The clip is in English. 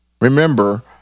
Remember